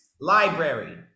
library